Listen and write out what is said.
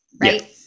right